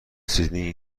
سیدنی